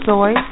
Soy